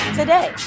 today